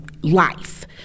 life